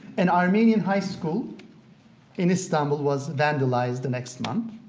an armenian high school in istanbul was vandalized the next month